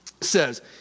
says